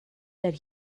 that